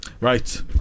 right